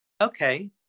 okay